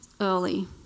early